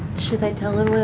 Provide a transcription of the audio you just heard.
should i tell her